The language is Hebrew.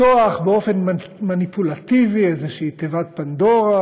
לפתוח באופן מניפולטיבי איזושהי תיבת פנדורה,